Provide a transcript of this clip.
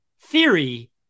theory